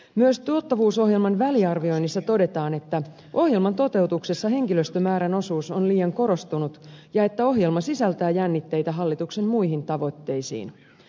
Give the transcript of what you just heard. myös tuottavuusohjelman väliarvioinnissa todetaan että ohjelman toteutuksessa henkilöstömäärän osuus on liian korostunut ja ohjelma sisältää jännitteitä hallituksen muihin tavoitteisiin